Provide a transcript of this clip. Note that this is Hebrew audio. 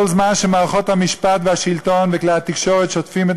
כל זמן שמערכות המשפט והשלטון וכלי התקשורת שוטפים את